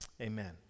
Amen